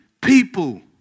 People